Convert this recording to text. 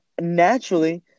naturally